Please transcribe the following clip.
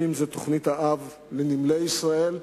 למשל תוכנית-האב לנמלי ישראל,